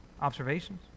observations